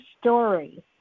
story